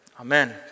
Amen